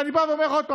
ואני בא ואומר עוד פעם,